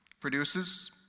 produces